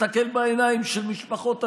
תסתכל בעיניים של משפחות השכול,